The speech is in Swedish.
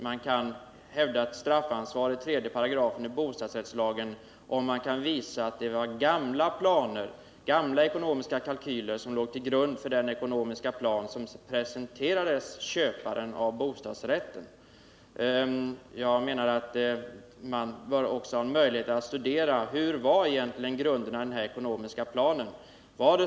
Man kan hävda ett straffansvar enligt 3 § i bostadsrättslagen, om det går att visa att gamla ekonomiska kalkyler låg till grund för den ekonomiska plan som presenterades köparen av bostadsrätten. Men jag menar att man också bör ha möjlighet att studera vilka grunderna för den ekonomiska planen var.